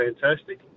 fantastic